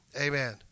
Amen